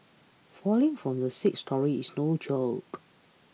falling from the sixth storey is no joke